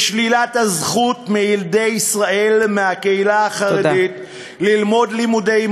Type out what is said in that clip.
בשלילת הזכות מילדי ישראל, מהקהילה החרדית, תודה.